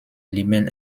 blieben